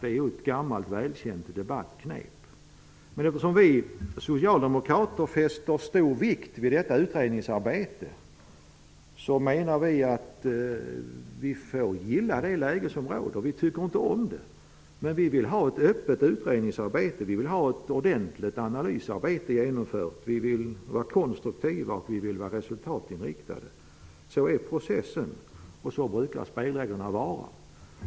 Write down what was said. Det är ett gammalt välkänt debattgrepp. Men eftersom vi socialdemokrater fäster stor vikt vid detta utredningsarbete, menar vi att vi får gilla det läge som råder. Vi tycker inte om det, men vi vill ha ett öppet utredningsarbete och ett ordentligt analysarbete genomfört. Vi vill vara konstruktiva och resultatinriktade. Sådan är processen, och så brukar spelreglerna vara.